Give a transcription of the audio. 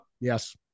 Yes